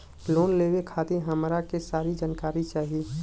Loan लेवे खातीर हमरा के सारी जानकारी चाही?